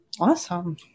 Awesome